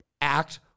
act